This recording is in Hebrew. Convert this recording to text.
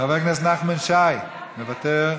חבר הכנסת נחמן שי, מוותר,